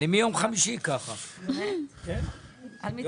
ההון זה